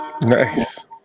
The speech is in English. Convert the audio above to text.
Nice